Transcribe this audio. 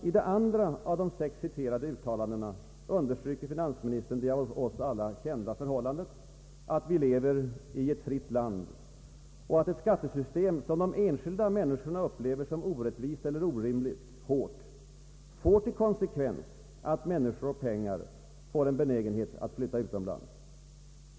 I det andra av de sex citerade uttalandena understryker finansministern det av oss alla kända förhållandet att vi lever i ett fritt land och att ett skattesystem som de enskilda människorna upplever som orättvist eller orimligt hårt får till konsekvenser att människor och pengar blir benägna att flytta utomlands.